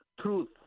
truth